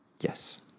yes